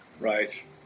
Right